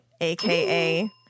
AKA